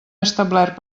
establert